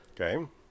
Okay